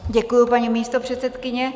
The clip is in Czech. Děkuji, paní místopředsedkyně.